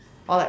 or like